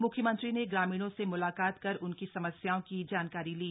मुख्यमंत्री ने ग्रामीणों से मुलाकात की कर उनकी समस्याओं की जानकारी ली